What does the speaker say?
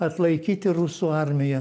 atlaikyti rusų armiją